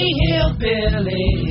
hillbilly